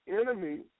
enemy